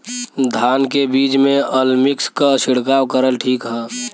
धान के बिज में अलमिक्स क छिड़काव करल ठीक ह?